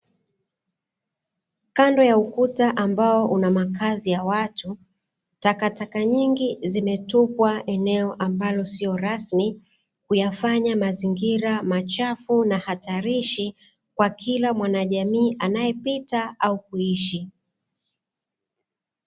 Kando ya ukuta ambao una makazi ya watu takataka nyingi zimetupwa eneo ambalo siyo rasmi, kuyafanya mazingira machafu na hatarishi kwa kila mwanajamii anayepita au kuishi.